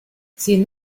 sin